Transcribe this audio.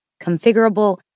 configurable